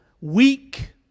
weak